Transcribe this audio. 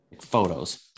photos